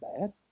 bad